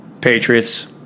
Patriots